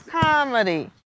comedy